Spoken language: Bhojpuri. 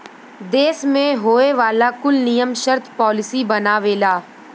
देस मे होए वाला कुल नियम सर्त पॉलिसी बनावेला